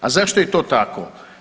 A zašto je to tako?